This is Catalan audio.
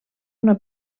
una